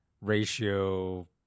ratio